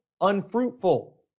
unfruitful